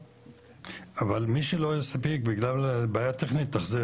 אבל צר לי שאף אחד לא הזכיר את בית ג'אן,